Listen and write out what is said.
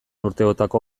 urteotako